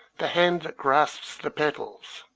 the hand that grasps the petals,